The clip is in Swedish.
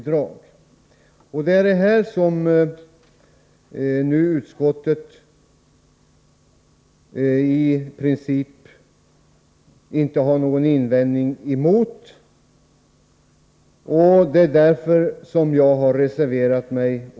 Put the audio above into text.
Det har utskottet i princip inte någon invändning mot. Det är därför som jag har reserverat mig.